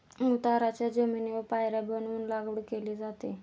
उताराच्या जमिनीवर पायऱ्या बनवून लागवड केली जाते